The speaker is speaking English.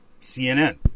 CNN